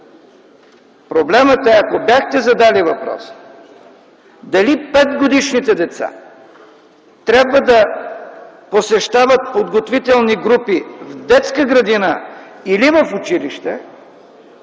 Проблемът е, ако бяхте задали въпроса дали петгодишните деца трябва да посещават подготвителни групи в детска градина или в училище.